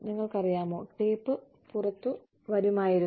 നിങ്ങൾക്കറിയാമോ ടേപ്പ് പുറത്തുവരുമായിരുന്നു